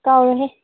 ꯀꯥꯎꯔꯣꯏꯍꯦ